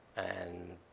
and,